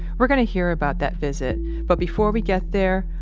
we're going to hear about that visit but, before we get there,